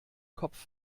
kopf